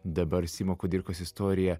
dabar simo kudirkos istorija